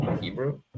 Hebrew